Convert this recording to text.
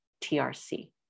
TRC